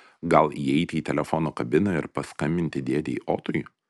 gal įeiti į telefono kabiną ir paskambinti dėdei otui